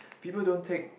people don't take